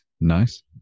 Nice